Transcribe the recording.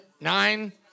Nine